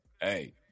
hey